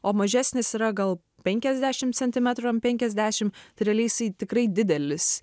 o mažesnis yra gal penkiasdešim centimetrų ant penkiasdešim tai realiai jisai tikrai didelis